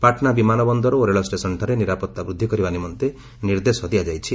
ପାଟନା ବିମାନବନ୍ଦର ଓ ରେଳଷ୍ଟେସନଠାରେ ନିରାପତ୍ତା ବୃଦ୍ଧି କରିବା ନିମନ୍ତେ ନିର୍ଦ୍ଦେଶ ଦିଆଯାଇଛି